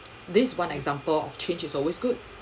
this one example of change is always good